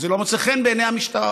אבל זה לא מוצא חן בעיני הממשלה.